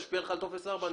ישפיע לך על טופס ארבע.